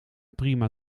prima